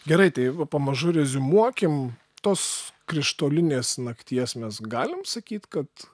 gerai tai pamažu reziumuokim tos krištolinės nakties mes galim sakyt kad